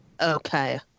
Okay